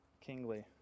Kingly